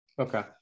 okay